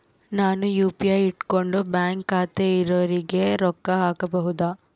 ನಾನು ಯು.ಪಿ.ಐ ಇಟ್ಕೊಂಡು ಬ್ಯಾಂಕ್ ಖಾತೆ ಇರೊರಿಗೆ ರೊಕ್ಕ ಹಾಕಬಹುದಾ?